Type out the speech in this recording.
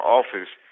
office